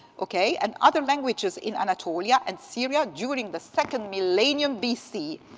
okay, and other languages in anatolia and syria during the second millennium b c.